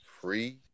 free